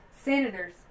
Senators